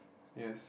yes